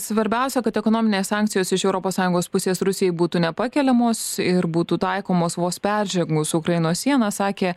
svarbiausia kad ekonominės sankcijos iš europos sąjungos pusės rusijai būtų nepakeliamos ir būtų taikomos vos peržengus ukrainos sieną sakė